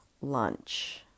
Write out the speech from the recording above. Lunch